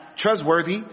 trustworthy